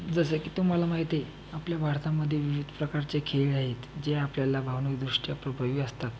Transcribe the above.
जसं की तुम्हाला माहीत आहे आपल्या भारतामध्ये विविध प्रकारचे खेळ आहेत जे आपल्याला भावनिकदृष्ट्या प्रभावी असतात